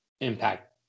impact